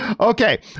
Okay